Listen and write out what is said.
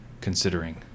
considering